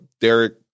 Derek